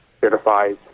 certifies